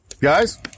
Guys